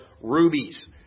rubies